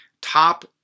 Top